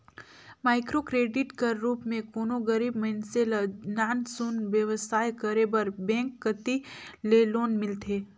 micro credit कर रूप में कोनो गरीब मइनसे ल नान सुन बेवसाय करे बर बेंक कती ले लोन मिलथे